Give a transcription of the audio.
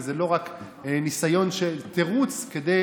וזה לא רק ניסיון של תירוץ כדי